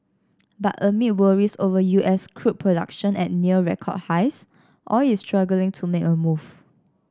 but amid worries over U S crude production at near record highs oil is struggling to make a move